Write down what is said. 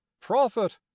prophet